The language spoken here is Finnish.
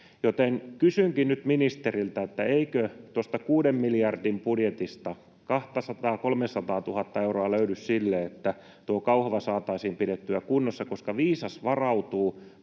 Kysynkin nyt ministeriltä: Eikö tuosta 6 miljardin budjetista 200 000—300 000 euroa löydy siihen, että tuo Kauhava saataisiin pidettyä kunnossa? Nimittäin viisas varautuu